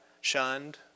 shunned